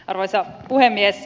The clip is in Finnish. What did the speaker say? arvoisa puhemies